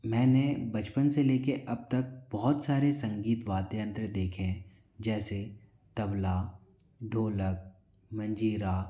मैंने बचपन से लेके अब तक बहुत सारे संगीत वाद्य यंत्र देखे हैं जैसे तबला ढोलक मंजीरा